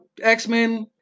X-Men